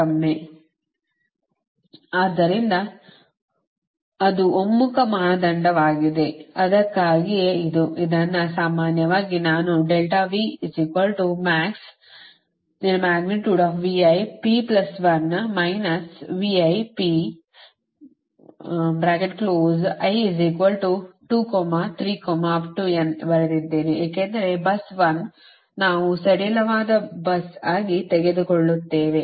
ಆದ್ದರಿಂದ ಅದು ಒಮ್ಮುಖ ಮಾನದಂಡವಾಗಿದೆ ಅದಕ್ಕಾಗಿಯೇ ಇದು ಇದನ್ನು ಸಾಮಾನ್ಯವಾಗಿ ನಾನು ಬರೆದಿದ್ದೇನೆ ಏಕೆಂದರೆ bus 1 ನಾವು ಸಡಿಲವಾದ bus ಆಗಿ ತೆಗೆದುಕೊಳ್ಳುತ್ತೇವೆ